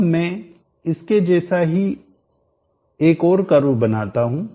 अब मैं इसके जैसा ही एक और कर्व बनाता हूं